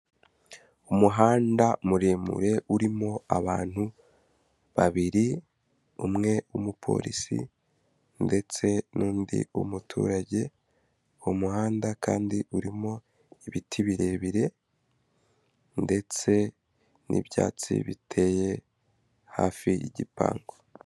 Umuhanda muremure urimo abantu babiri umwe w'umupolisi ndetse n'undi w'umuturage, uwo muhanda kandi urimo ibiti birebire ndetse n'ibyatsi biteye hafi y'igipangu.